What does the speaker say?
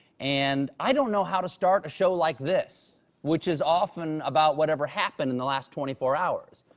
and i don't know how to start a show like this which is often about whatever happened in the last twenty four hours.